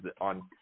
on